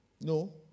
No